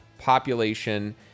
population